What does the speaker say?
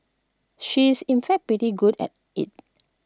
she is in fact pretty good at IT